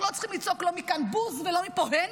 אנחנו לא צריכים לצעוק לא מכאן בוז ולא מפה הן,